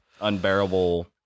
unbearable